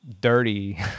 dirty